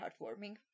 heartwarming